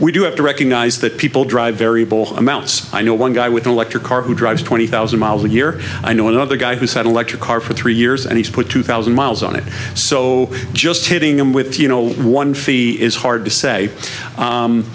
we do have to recognize that people drive variable amounts i know one guy with an electric car who drives twenty thousand miles a year i know another guy who's had electric car for three years and he's put two thousand miles on it so just hitting him with you know one fee is hard to say